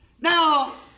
Now